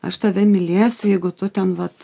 aš tave mylėsiu jeigu tu ten vat